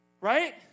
right